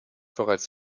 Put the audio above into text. bereits